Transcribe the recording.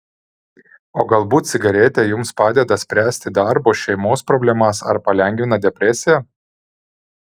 o galbūt cigaretė jums padeda spręsti darbo šeimos problemas ar palengvina depresiją